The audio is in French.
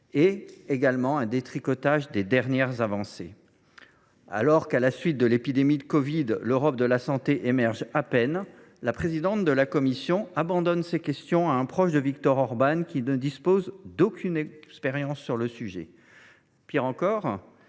au récent Pacte vert – et des dernières avancées. Alors qu’à la suite de l’épidémie de covid 19, l’Europe de la santé émerge à peine, la présidente de la Commission abandonne ces questions à un proche de Viktor Orban, qui ne dispose d’aucune expérience sur le sujet. Pis,